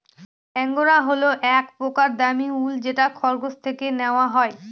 angora হল এক প্রকার দামী উল যেটা খরগোশ থেকে নেওয়া হয়